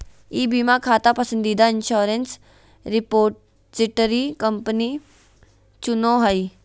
ई बीमा खाता पसंदीदा इंश्योरेंस रिपोजिटरी कंपनी चुनो हइ